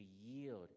yield